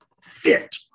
fit